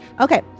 Okay